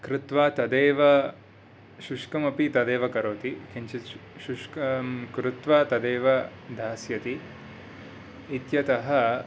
कृत्वा तदेव शुष्कमपि तदेव करोति शुष्कं कृत्वा तदेव दास्यति इत्यतः